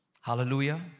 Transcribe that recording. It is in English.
Hallelujah